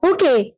Okay